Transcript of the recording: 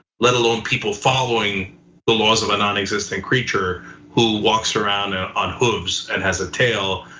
let alone people following the laws of a nonexistent creature who walks around ah on hooves and has a tail,